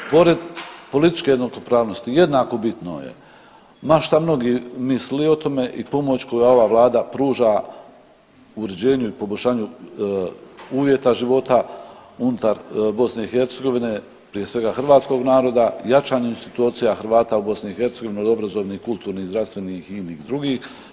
Pored političke jednakopravnosti jednako bitno je ma šta mnogi mislili o tome i pomoć koju ova vlada pruža uređenju i poboljšanju uvjeta života unutar BiH prije svega hrvatskog naroda, jačanje institucija Hrvata u BiH od obrazovnih, kulturnih, zdravstvenih i inih drugih.